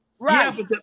right